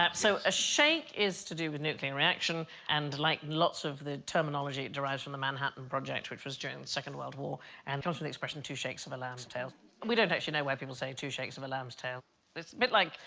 so a shake is to do with nuclear reaction and like lots of the terminology it derives from the manhattan project, which was during the second world war and totally expression two shakes of a lamb's tail we don't actually know why people say two shakes of a lamb's tail it's a bit like,